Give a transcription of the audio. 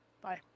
bye